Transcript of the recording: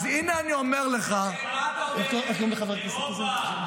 אז הינה אני אומר לך, איך קוראים לחבר הכנסת הזה?